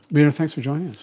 meera, thanks for joining us.